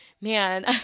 man